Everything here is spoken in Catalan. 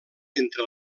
entre